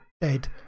dead